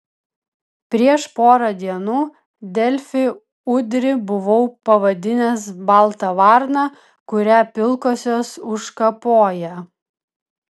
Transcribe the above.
prieš porą dienų delfi udrį buvau pavadinęs balta varna kurią pilkosios užkapoja